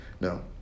No